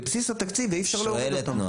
לבסיס התקציב ואי אפשר להוריד אותם.